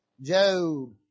Job